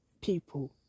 people